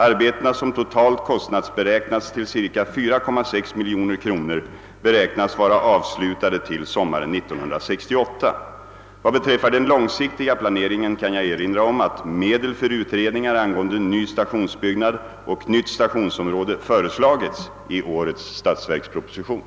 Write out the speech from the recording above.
Arbetena, som totalt kostnadsberäknats till cirka 4,6 miljoner kronor, beräknas vara avslutade till sommaren 1968. Vad beträffar den långsiktiga planeringen kan jag erinra om att medel för utredningar angående ny stationsbyggnad och nytt stationsområde föreslagits i årets statsverksproposition.